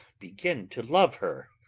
begin to love her!